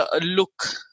look